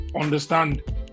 understand